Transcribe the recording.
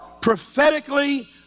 prophetically